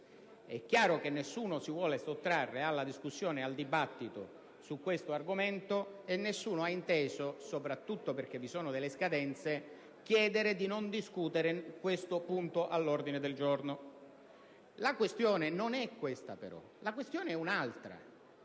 È chiaro che nessuno si vuole sottrarre alla discussione su questo argomento e nessuno ha inteso, soprattutto perché vi sono delle scadenze, chiedere di non discutere questo punto all'ordine del giorno. La questione in realtà è un'altra,